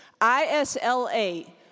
I-S-L-A